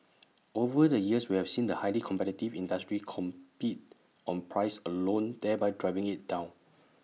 over the years we have seen the highly competitive industry compete on price alone thereby driving IT down